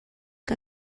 que